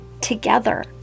together